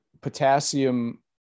potassium